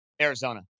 Arizona